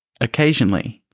occasionally